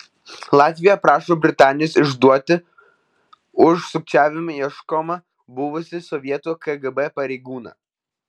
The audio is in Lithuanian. latvija prašo britanijos išduoti už sukčiavimą ieškomą buvusį sovietų kgb pareigūną